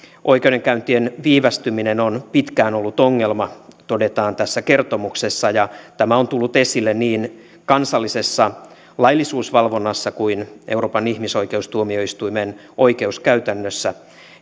oikeudenkäyntien viivästyminen on pitkään ollut ongelma todetaan tässä kertomuksessa tämä on tullut esille niin kansallisessa laillisuusvalvonnassa kuin euroopan ihmisoikeustuomioistuimen oikeuskäytännössä